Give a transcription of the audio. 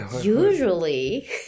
usually